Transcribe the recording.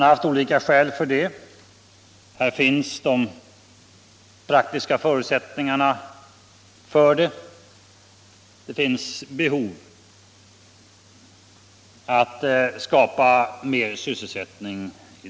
Där finns både de praktiska förutsättningarna och behov av att skapa mer sysselsättning.